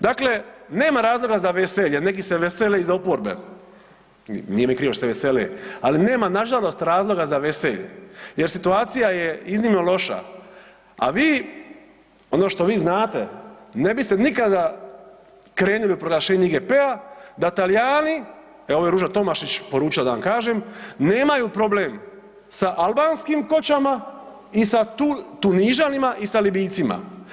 Dakle, nema razloga za veselje, neki se vesele iz oporbe, nije mi krivo što se vesele, ali nema nažalost razloga za veselje jer situacija je iznimno loša a vi ono što vi znate, ne biste nikada krenuli u proglašenje IGP-a da Talijani, ovo je Ruža Tomašić poručila da vam kažem, nemaju problem sa albanskim koćama i sa Tunižanima i sa Libijcima.